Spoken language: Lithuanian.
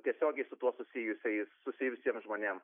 tiesiogiai su tuo susijusiais susijusiem žmonėm